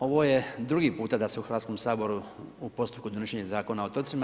Ovo je drugi puta da se u Hrvatskom saboru u postupku donošenja Zakona o otocima.